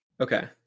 okay